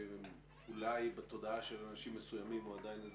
שאולי בתודעה של אנשים מסוימים הוא איזה